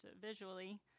visually